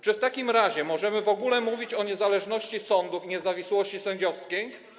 Czy w takim razie możemy w ogóle mówić o niezależności sądów i niezawisłości sędziowskiej?